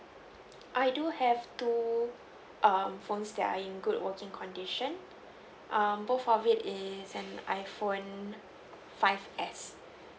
I do have two um phones that are in good working condition um both of it is an iPhone five S